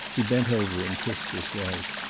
he bent over and kissed his wife.